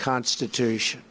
constitution